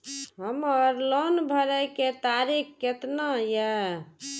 हमर लोन भरे के तारीख केतना ये?